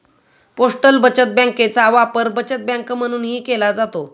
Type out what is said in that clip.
postal बचत बँकेचा वापर बचत बँक म्हणूनही केला जातो